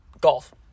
golf